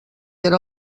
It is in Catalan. era